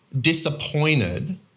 disappointed